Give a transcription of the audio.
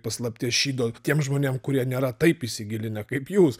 paslapties šydo tiem žmonėm kurie nėra taip įsigilinę kaip jūs